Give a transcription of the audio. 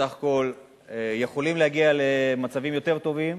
בסך הכול יכולים להגיע למצבים יותר טובים.